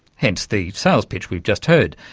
hence the sales pitch we've just heard,